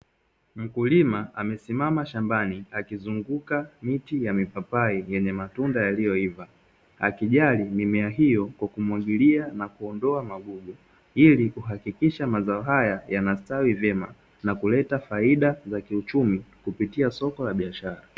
Mkulima amesimama shambani akizunguka miti ya mipapai yenye matunda yaliyoiva, akijali mimea hiyo kwa kumwagilia na kuondoa magugu ili kuhakikisha mazao haya yanastawi vyema na kuleta faida za kiuchumi kupitia soko la biashara.